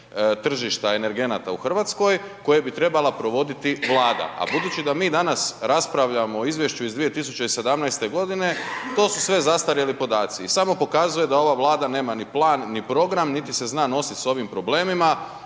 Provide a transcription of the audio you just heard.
tržište energenata u Hrvatskoj, koje bi trebala provoditi vlada. A budući da mi danas, raspravljamo u izvješću iz 2017. g. to su sve zastarjeli podaci i samo pokazuje da ova vlada nema ni plan ni program, niti se zna nositi s ovim problemima.